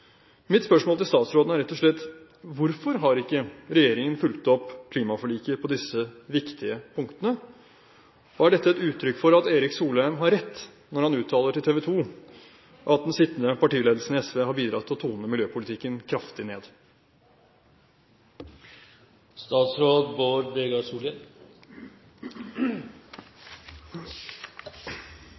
Mitt spørsmål til statsråden er rett og slett: Hvorfor har ikke regjeringen fulgt opp klimaforliket på disse viktige punktene, og er dette et uttrykk for at Erik Solheim har rett når han uttaler til TV 2 at den sittende partiledelsen i SV har bidratt til å tone miljøpolitikken kraftig